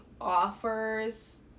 offers